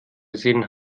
gesehen